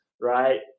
right